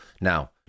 Now